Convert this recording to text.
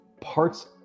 parts